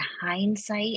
hindsight